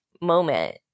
moment